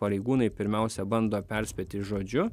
pareigūnai pirmiausia bando perspėti žodžiu